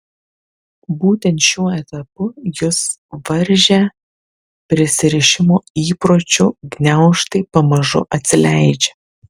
būtent šiuo etapu jus varžę prisirišimo įpročių gniaužtai pamažu atsileidžia